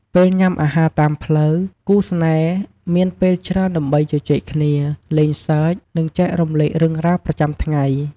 ពេលញ៉ាំអាហារតាមផ្លូវ គូស្នេហ៍មានពេលច្រើនដើម្បីជជែកគ្នា លេងសើច និងចែករំលែករឿងរ៉ាវប្រចាំថ្ងៃ។